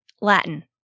Latin